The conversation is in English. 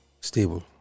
stable